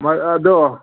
ꯑꯗꯣ